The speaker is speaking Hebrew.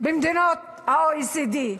במדינות ה-OECD.